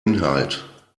inhalt